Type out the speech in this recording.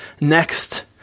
next